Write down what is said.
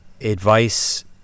advice